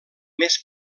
més